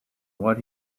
what